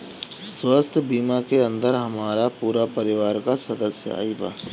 स्वास्थ्य बीमा के अंदर हमार पूरा परिवार का सदस्य आई?